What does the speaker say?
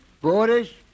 Borders